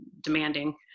demanding